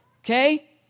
okay